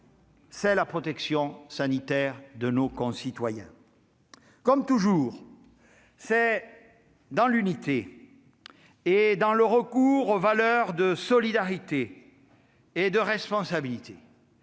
c'est la protection sanitaire de nos concitoyens. Comme toujours, c'est dans l'unité et le recours aux valeurs de solidarité et de responsabilité